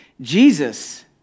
Jesus